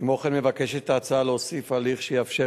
כמו כן מבקשת ההצעה להוסיף הליך שיאפשר